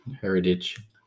heritage